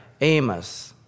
Amos